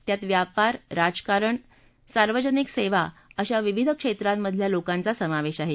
त्यात व्यापार राजकारण सार्वजनिक सेवा अशा विविध क्षेत्रांमधल्या लोकांचा समावेश आहे